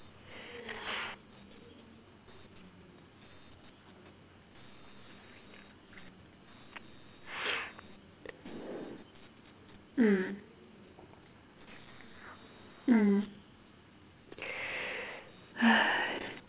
mm mm